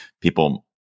people